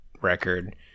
record